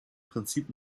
prinzip